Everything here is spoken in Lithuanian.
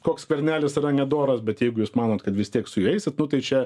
koks skvernelis yra nedoras bet jeigu jūs manot kad vis tiek su juo eisit nu tai čia